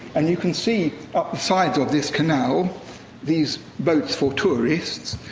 and you can see up the sides of this canal these boats for tourists,